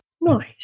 Nice